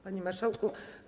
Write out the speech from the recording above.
Panie Marszałku!